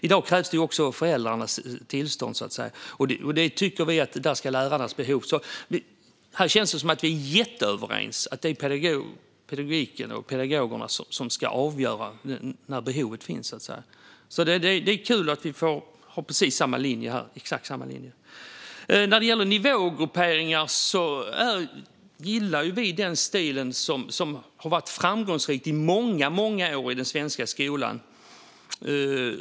I dag krävs det också föräldrarnas tillstånd. Men vi tycker att det är lärarna som ska avgöra om detta behov finns. Här känns det som att vi är jätteöverens - att det är pedagogerna som ska avgöra när behovet finns. Det är kul att vi har exakt samma linje här. När det gäller nivågrupperingar gillar vi den stil som har varit framgångsrik i många år i den svenska skolan.